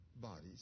bodies